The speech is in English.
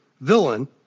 villain